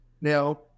Now